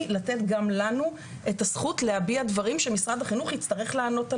לתת גם לנו את הזכות להביע דברים שמשרד החינוך יצטרך לענות עליהם.